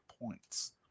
points